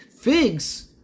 Figs